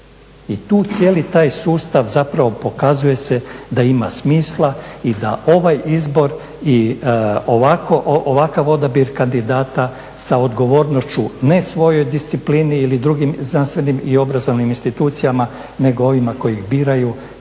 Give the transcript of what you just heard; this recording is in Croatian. I tu cijeli taj sustav zapravo pokazuje se da ima smisla i da ovaj izbor i ovakav odabir kandidata sa odgovornošću ne svojoj disciplini ili drugim znanstvenim i obrazovnim institucijama, nego ovima koji ih biraju